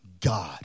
God